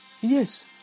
Yes